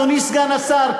אדוני סגן השר,